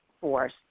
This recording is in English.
force